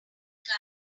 gonna